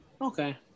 Okay